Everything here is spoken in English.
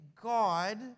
God